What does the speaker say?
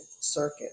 Circuit